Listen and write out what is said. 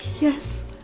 yes